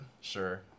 Sure